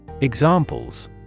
Examples